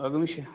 आगमिष्य